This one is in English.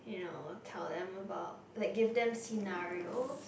you know tell them about like give them scenarios